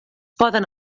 poden